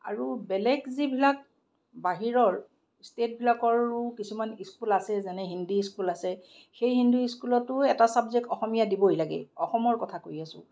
আৰু বেলেগ যিবিলাক বাহিৰৰ ষ্টেটবিলাকৰো কিছুমান স্কুল আছে যেনে হিন্দী স্কুল আছে সেই হিন্দী স্কুলতো এটা ছাবজেক্ট অসমীয়া দিবই লাগে অসমৰ কথা কৈ আছোঁ